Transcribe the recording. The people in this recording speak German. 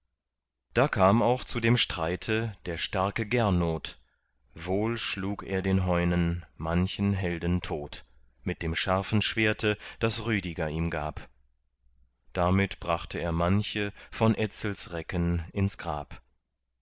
da kam auch zu dem streite der starke gernot wohl schlug er den heunen manchen helden tot mit dem scharfen schwerte das rüdiger ihm gab damit brachte er manche von etzels recken ins grab